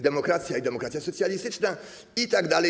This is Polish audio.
Demokracja i demokracja socjalistyczna itd.